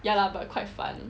ya lah but quite fun